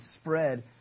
spread